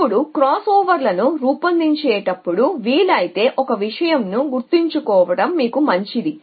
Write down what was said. ఇప్పుడు క్రాస్ ఓవర్లను రూపొందించేటప్పుడు ఒక విషయం గుర్తుంచుకోవాలి మీకు వీలైతే మంచిది